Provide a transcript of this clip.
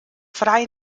frei